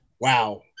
Wow